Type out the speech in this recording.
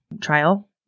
trial